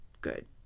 Good